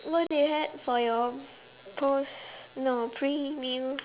what did you had for your post no pre meal